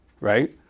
right